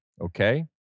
okay